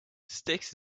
sticks